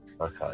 okay